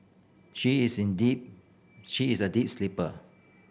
she is in deep she is a deep sleeper